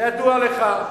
זה ידוע לך.